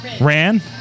Ran